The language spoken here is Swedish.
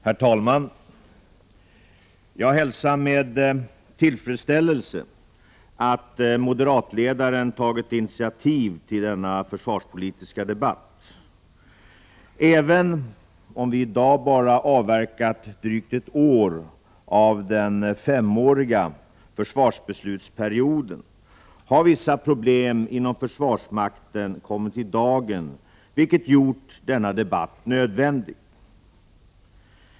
Herr talman! Jag hälsar med tillfredsställelse att moderatledaren tagit initiativ till denna försvarspolitiska debatt. Även om vi i dag bara avverkat drygt ett år av den femåriga försvarsbeslutsperioden har vissa problem inom försvarsmakten kommit i dagen, vilket gjort denna debatt nödvändig.